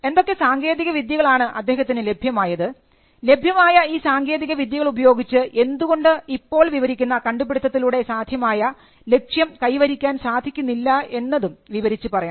എന്തൊക്കെ സാങ്കേതികവിദ്യകൾ ആണ് അദ്ദേഹത്തിന് ലഭ്യമായത് ലഭ്യമായ ഈ സാങ്കേതിക വിദ്യകൾ ഉപയോഗിച്ച് എന്തുകൊണ്ട് ഇപ്പോൾ വിവരിക്കുന്ന കണ്ടുപിടിത്തത്തിലൂടെ സാധ്യമായ ലക്ഷ്യം കൈവരിക്കാൻ സാധിക്കുന്നില്ല എന്നതും വിവരിച്ച് പറയണം